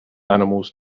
animals